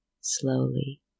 slowly